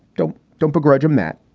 don't don't begrudge him that.